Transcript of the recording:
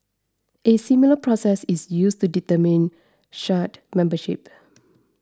a similar process is used to determine shard membership